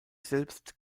selbst